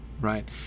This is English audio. Right